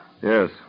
Yes